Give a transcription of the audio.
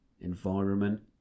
environment